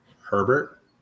Herbert